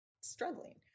struggling